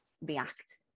react